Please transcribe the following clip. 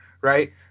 Right